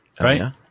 Right